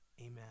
Amen